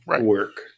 work